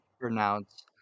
pronounce